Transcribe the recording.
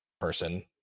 person